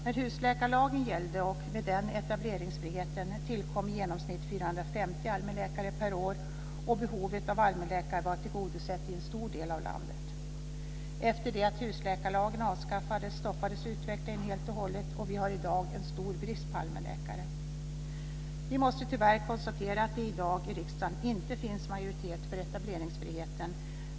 När husläkarlagen gällde och med den etableringsfriheten tillkom i genomsnitt 450 allmänläkare per år och behovet av allmänläkare var tillgodosett i en stor del av landet. Efter det att husläkarlagen avskaffades stoppades utvecklingen helt och hållet, och vi har i dag en stor brist på allmänläkare. Vi måste tyvärr konstatera att det i dag i riksdagen inte finns majoritet för etableringsfriheten.